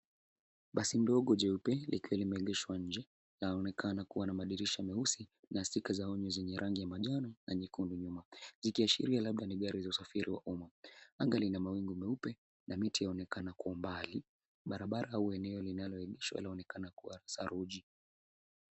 Basi ndogo jeupe, likiwa limeegeshwa nje, laonekana kuwa na madirisha meusi na stika za onyo zenye rangi ya manjano na nyekundu nyuma likiashiria labda ni gari la usafiri wa umma. Anga lina mawingu meupe na miti yaonekana kwa umbali. Barabara au eneo linaloegeshwa linaonekana kuwa saruji.